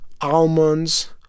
almonds